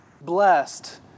blessed